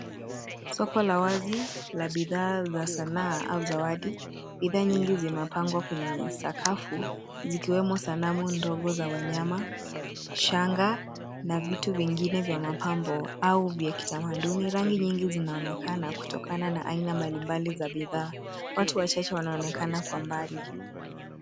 Soko la wazi la bidhaa za sanaa au zawadi. Bidhaa nyingi zimepangwa kwenye sakafu zikiwemo sanamu ndogo za wanyama, shanga na vitu vingine vya mapambo au vya kitamaduni. Rangi nyingi zinaonekana kutokana na aina mbalimbali za bidhaa. Watu wachache wanaonekana kwa mbali.